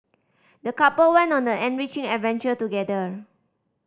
the couple went on an enriching adventure together